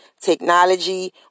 technology